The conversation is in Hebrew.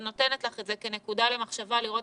אני נותנת לך את זה כנקודה למחשבה לראות